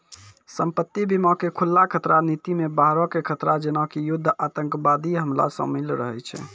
संपत्ति बीमा के खुल्ला खतरा नीति मे बाहरो के खतरा जेना कि युद्ध आतंकबादी हमला शामिल रहै छै